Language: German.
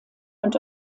und